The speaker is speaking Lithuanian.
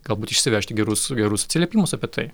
galbūt išsivežti gerus gerus atsiliepimus apie tai